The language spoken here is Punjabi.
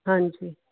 ਹਾਂਜੀ